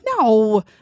No